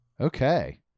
Okay